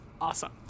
awesome